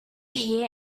hear